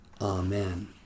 Amen